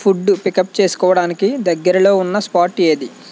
food pickup చేసుకోవడానికి దగ్గరలో ఉన్న స్పాట్ ఏది